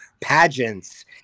pageants